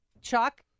Chuck